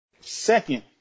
Second